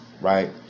right